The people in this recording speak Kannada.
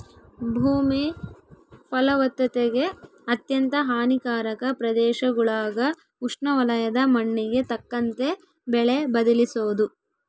ಭೂಮಿ ಫಲವತ್ತತೆಗೆ ಅತ್ಯಂತ ಹಾನಿಕಾರಕ ಪ್ರದೇಶಗುಳಾಗ ಉಷ್ಣವಲಯದ ಮಣ್ಣಿಗೆ ತಕ್ಕಂತೆ ಬೆಳೆ ಬದಲಿಸೋದು